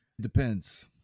Depends